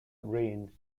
reign